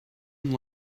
and